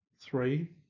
Three